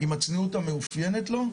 עם הצניעות האופיינית לו.